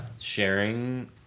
sharing